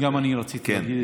גם אני רציתי להגיד את זה.